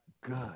Good